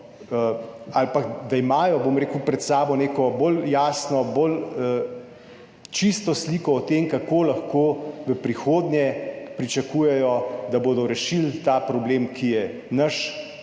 ali pa, da imajo pred sabo neko bolj jasno, bolj čisto sliko o tem kako lahko v prihodnje pričakujejo, da bodo rešili ta problem, ki je naš,